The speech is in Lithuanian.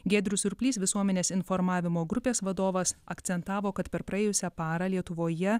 giedrius surplys visuomenės informavimo grupės vadovas akcentavo kad per praėjusią parą lietuvoje